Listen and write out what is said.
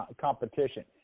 competition